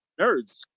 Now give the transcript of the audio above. nerds